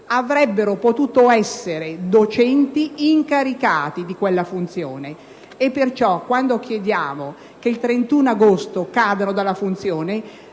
avrebbero potuto essere docenti incaricati di quella funzione. Pertanto, quando si chiede che il 31 agosto cadano dalla funzione,